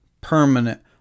permanent